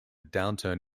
downturn